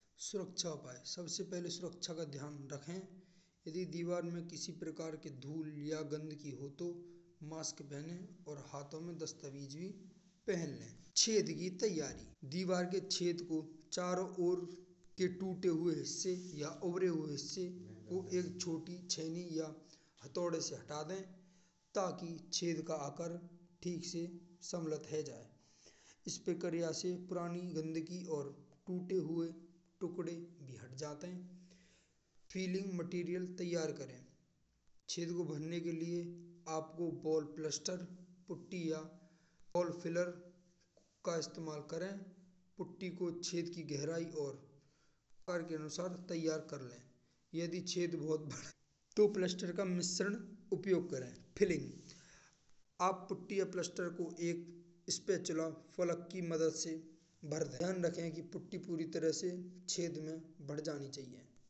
सुरक्षा उपाय सबसे पहिले सुरक्षा का ध्यान राखें। अगर दीवार में किसी प्रकार के धूल लेया गंदी हो तो मास्क पहने। और हाथों में दस्तावज भी पहन लें। छेद की तैयारी: दीवार के छेद को चारों ओर या के टूटे हुए हिस्से या ओर हुए से एक छोटी छेनी या हथौड़े से हटा दें। ताकि छेद का आकार ठीक से सममिलित हो जाए इस प्रकृति से पुरानी गंदगी और टूटे हुए टुकड़े भी हट जात हैं। फीलिंग सामग्री तैयार करें: छेद को भरने के लिए आपको पोर प्लास्टर या पुट्टी या ऑफिलर का इस्तेमाल करें। पुट्टी को छेद की गहराई और रंग के अनुसार तैयार कर लें। यदि छेद बहुत बड़ो है। तो प्लास्टर का मिश्रण उपयोग करे। फीलिंग: आप पुट्टी या प्लास्टर को एक स्पेचलोक फलक की मदद से भर दें। ध्यान रखें कि पुट्टी पूरी तरह से छेद में बद्ध जानी चाहिए।